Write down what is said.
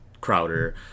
Crowder